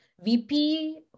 VP